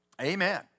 Amen